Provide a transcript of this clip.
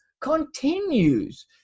continues